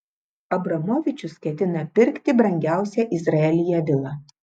abramovičius ketina pirkti brangiausią izraelyje vilą